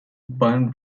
burn